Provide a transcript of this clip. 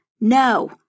No